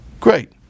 great